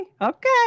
okay